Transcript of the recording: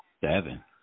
seven